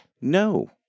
No